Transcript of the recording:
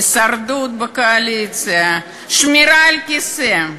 הישרדות בקואליציה, שמירה על כיסא,